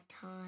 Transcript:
time